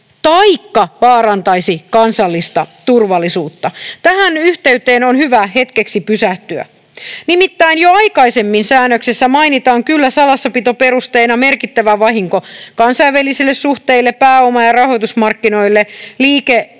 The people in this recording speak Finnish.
taikka vaarantaisi kansallista turvallisuutta”. Tähän yhteyteen on hyvä hetkeksi pysähtyä. Nimittäin jo aikaisemmin säännöksessä mainitaan kyllä salassapitoperusteena merkittävä vahinko kansainvälisille suhteille tai pääoma- ja rahoitusmarkkinoille, liike-